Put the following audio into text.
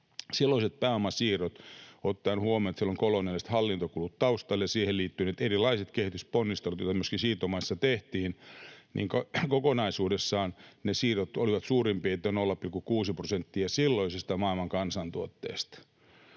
Silloisista pääomasiirroista: Ottaen huomioon, että siellä olivat koloniaaliset hallintokulut taustalla ja siihen liittyivät erilaiset kehitysponnistelut, joita myöskin siirtomaissa tehtiin, niin kokonaisuudessaan ne siirrot olivat suurin piirtein 0,6 prosenttia silloisesta maailman kansantuotteesta.